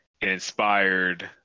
inspired